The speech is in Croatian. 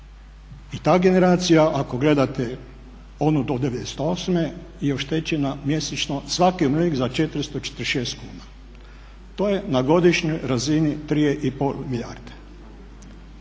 i ta generacija ako gledate onu do '98. je oštećena mjesečno, svaki umirovljenik za 446 kuna. To je na godišnjoj razini 3 i pol milijarde.